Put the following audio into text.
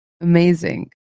Amazing